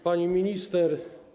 Pani Minister!